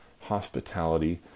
hospitality